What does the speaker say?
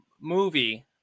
movie